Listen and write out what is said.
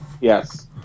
Yes